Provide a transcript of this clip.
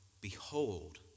Behold